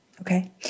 okay